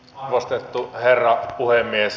arvostettu herra puhemies